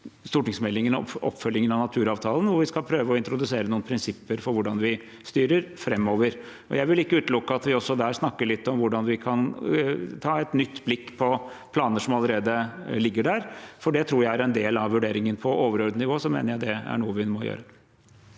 stortingsmeldingen om oppfølgingen av naturavtalen, hvor vi skal prøve å introdusere noen prinsipper for hvordan vi styrer framover. Jeg vil ikke utelukke at vi også der snakker litt om hvordan vi kan ta et nytt blikk på planer som allerede ligger der, for det tror jeg er en del av vurderingen på overordnet nivå, og det mener jeg er noe vi må gjøre.